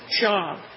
job